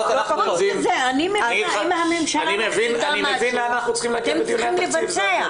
אני מבין לאן אנחנו צריכים להגיע בדיוני התקציב.